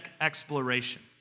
exploration